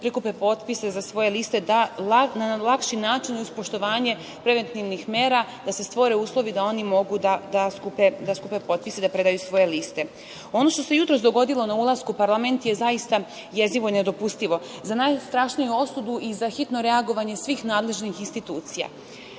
prikupe potpise za svoj liste da na lakši način uz poštovanje preventivnih mera da se stvore uslovi da oni mogu da skupe potpise i da predaju svoje liste. Ono što se jutros dogodilo na ulasku u parlament je zaista jezivo i nedopustivo, za najstrašniju osudu i za hitno reagovanje svih nadležnih institucija.